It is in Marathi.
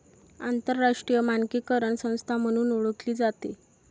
आंतरराष्ट्रीय मानकीकरण संस्था म्हणूनही ओळखली जाते